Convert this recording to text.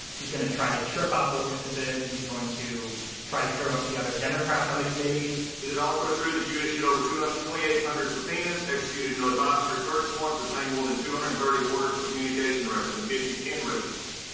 he's going to try to trip up the witnesses. he's going to try to turn out the other democrats on the committee is it also true that you issued over to twenty eight hundred subpoenas, executed nearly five hundred search warrants of time, more than two hundred thirty orders for communication records and fifty pin registers?